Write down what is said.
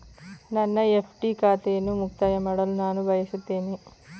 ನನ್ನ ಎಫ್.ಡಿ ಖಾತೆಯನ್ನು ಮುಕ್ತಾಯ ಮಾಡಲು ನಾನು ಬಯಸುತ್ತೇನೆ